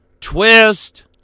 twist